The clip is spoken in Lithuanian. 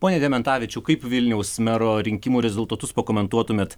pone dementavičiau kaip vilniaus mero rinkimų rezultatus pakomentuotumėt